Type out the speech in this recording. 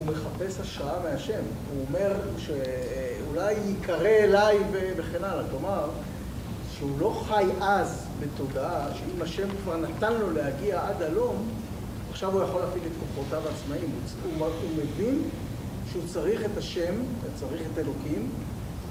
הוא מחפש השראה מהשם. הוא אומר שאולי ייקרא אליי וכן הלאה. כלומר, שהוא לא חי אז בתודעה שאם השם כבר נתן לו להגיע עד הלום, עכשיו הוא יכול להפיק את כוחותיו עצמאיים. הוא מבין שהוא צריך את השם וצריך את אלוקים.